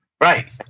Right